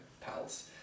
pals